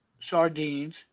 sardines